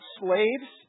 slaves